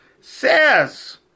says